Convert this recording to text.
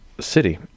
city